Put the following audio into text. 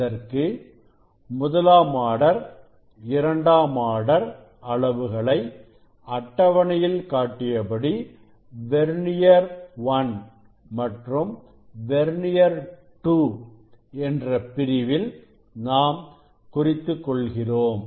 அதற்கு முதலாம் ஆர்டர் இரண்டாம் ஆர்டர் அளவுகளை அட்டவணையில் காட்டியபடி வெர்னியர் 1 மற்றும் வெர்னியர் 2 என்ற பிரிவில் நாம் குறித்துக் கொள்கிறோம்